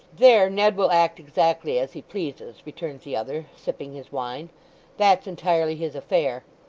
there ned will act exactly as he pleases returned the other, sipping his wine that's entirely his affair.